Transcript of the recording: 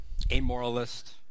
amoralist